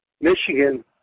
michigan